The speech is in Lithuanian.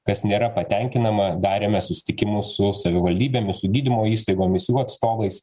kas nėra patenkinama darėme susitikimus su savivaldybėmis su gydymo įstaigomis jų atstovais